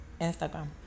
instagram